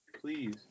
please